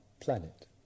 planet